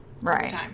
Right